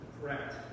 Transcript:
correct